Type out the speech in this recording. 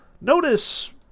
Notice